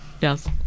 Yes